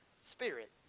spirit